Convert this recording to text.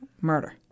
murder